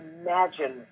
imagine